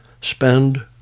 spend